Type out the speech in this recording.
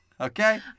Okay